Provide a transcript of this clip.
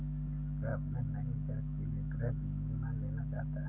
दिवाकर अपने नए घर के लिए गृह बीमा लेना चाहता है